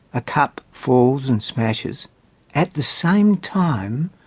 a cup falls and smashes at the same time,